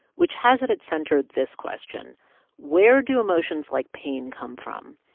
which has at its center this question where do emotions like pain come from,